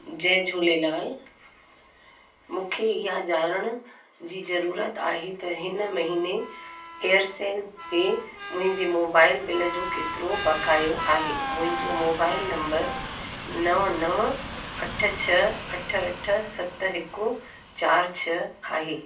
जय झुलेलाल मूंखे इहा ॼाणण जी जरज़रत आहे त हिन महीने एयरसेल ते मुंहिंजे मोबाइल बिल जो केतिरो ॿकाया आहे मुंहिंजो मोबाइल नंबर नव नव अठ छह अठ अठ सत हिकु चार छह आहे